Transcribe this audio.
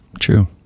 true